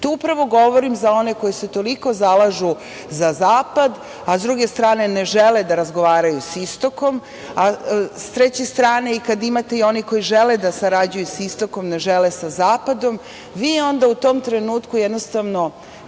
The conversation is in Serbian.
upravo govorim za one koji se toliko zalažu za zapad, a s druge strane ne žele da razgovaraju sa istokom. S treće strane, kada imate i one koji žele da sarađuju sa istokom, ne žele sa zapadom, vi onda u tom trenutku kažnjavate